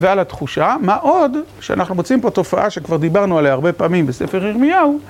ועל התחושה מה עוד שאנחנו מוצאים פה תופעה שכבר דיברנו עליה הרבה פעמים בספר ירמיהו.